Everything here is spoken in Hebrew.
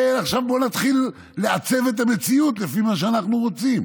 ועכשיו בואו נתחיל לעצב את המציאות לפי מה שאנחנו רוצים.